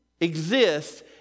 exists